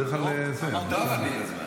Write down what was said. בדרך כלל --- לא עברתי את הזמן.